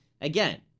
Again